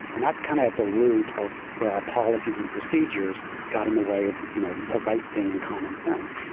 and that's kind of at the root of where our policies and procedures got in the way of you know the right thing and common sense.